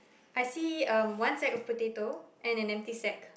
I see um one sack of potato and an empty sack